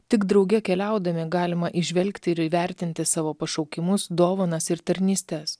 tik drauge keliaudami galima įžvelgti ir įvertinti savo pašaukimus dovanas ir tarnystes